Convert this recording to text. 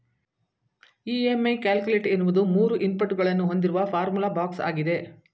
EMI calculator ಎನ್ನುವುದು ಮೂರು input ಗಳನ್ನು ಹೊಂದಿರುವ ಫಾರ್ಮುಲಾ ಬಾಕ್ಸ್ ಆಗಿದೆ